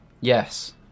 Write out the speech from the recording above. Yes